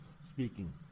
speaking